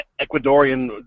Ecuadorian